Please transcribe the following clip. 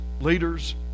leaders